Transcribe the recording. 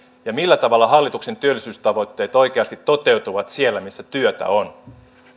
ja millä tavalla hallituksen työllisyystavoitteet oikeasti toteutuvat siellä missä työtä on